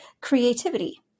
creativity